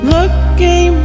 Looking